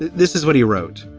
this is what he wrote.